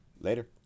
later